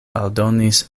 aldonis